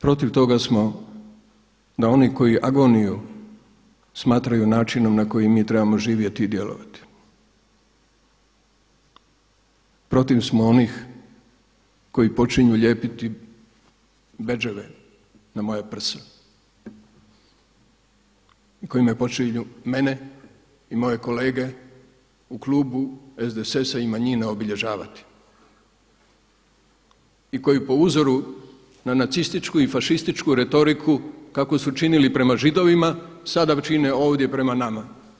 Protiv toga smo da oni koji agoniju smatraju načinom na koji mi trebamo živjeti i djelovati, protiv smo onih koji počinju lijepiti bedževe na moja prsa i koji me počinju mene i moje kolege u klubu SDSS-a i manjine obilježavati i koji po uzoru na nacističku i fašističku retoriku kako su činili prema Židovima sada čine ovdje prema nama.